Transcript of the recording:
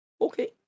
Okay